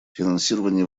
финансирование